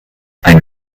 ein